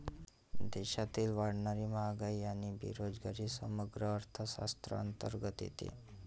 देशातील वाढणारी महागाई आणि बेरोजगारी समग्र अर्थशास्त्राअंतर्गत येते